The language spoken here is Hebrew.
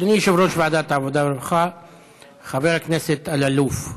אדוני יושב-ראש ועדת העבודה והרווחה חבר הכנסת אלאלוף,